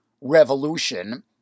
revolution